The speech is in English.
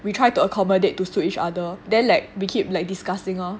we try to accommodate to suit each other then like we keep like discussing lor